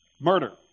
murder